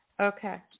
Okay